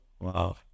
Wow